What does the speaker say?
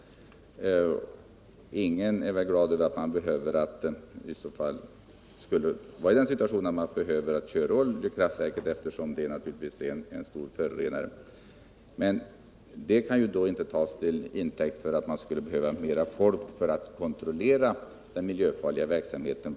Ingen vore glad att vara i den situationen att vi skulle behöva köra oljekraftverket, eftersom det är en stor förorenare. Men det kan inte tas till intäkt för att det behövs mer folk på vår länsstyrelse för att kontrollera den miljöfarliga verksamheten.